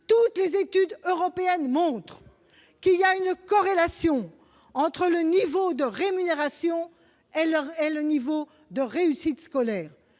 toutes les études européennes montrent une corrélation entre le niveau de rémunération et le niveau de réussite scolaire.